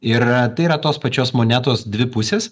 ir tai yra tos pačios monetos dvi pusės